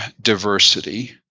diversity